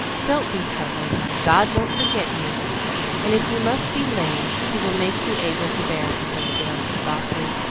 don't be troubled, god won't forget you and if you must be lame, he will make you able to bear it said jill, softly,